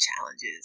challenges